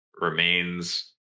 Remains